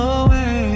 away